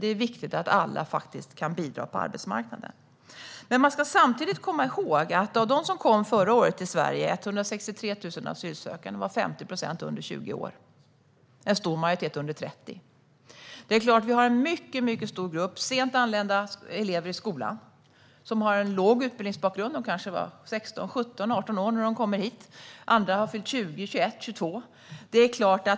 Det är viktigt att alla faktiskt kan bidra på arbetsmarknaden. Men man ska samtidigt komma ihåg att av de 163 000 asylsökande som förra året kom till Sverige var 50 procent under 20 år och en stor majoritet var under 30. Det finns en mycket stor grupp sent anlända elever i skolan. De har en låg utbildningsbakgrund och var kanske 16, 17 eller 18 år när de kom hit. Andra har fyllt 20, 21 eller 22.